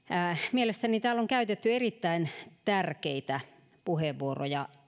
mielestäni täällä on käytetty erittäin tärkeitä puheenvuoroja